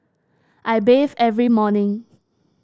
I bathe every morning